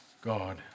God